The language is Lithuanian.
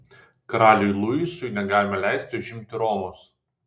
karaliui luisui negalima leisti užimti romos